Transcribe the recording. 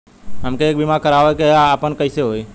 हमके एक बीमा करावे के ह आपन कईसे होई?